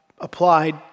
applied